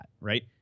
right